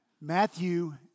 Matthew